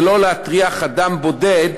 זה לא להטריח אדם בודד,